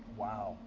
wow.